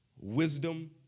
wisdom